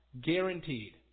Guaranteed